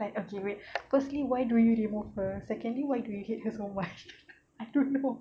like okay wait firstly why do you remove her secondly why do you hate her so much I don't know